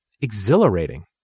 exhilarating